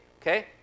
okay